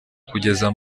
kugeza